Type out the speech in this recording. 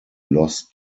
lost